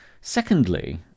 Secondly